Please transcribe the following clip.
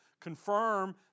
confirm